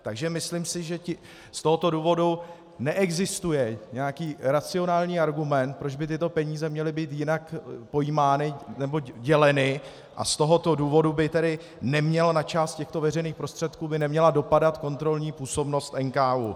Takže myslím si, že z tohoto důvodu neexistuje nějaký racionální argument, proč by tyto peníze měly být jinak pojímány nebo děleny a z tohoto důvodu by tedy neměla na část těchto veřejných prostředků dopadat kontrolní působnost NKÚ.